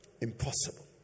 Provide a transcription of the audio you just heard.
Impossible